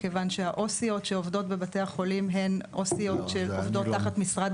מכיוון שהעו"סיות שעובדות בבתי החולים הן עו"סיות שעובדות תחת משרד